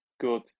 good